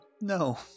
No